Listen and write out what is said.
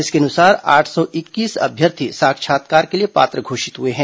इसके अनुसार आठ सौ इक्कीस अभ्यर्थी साक्षात्कार के लिए पात्र घोषित हुए हैं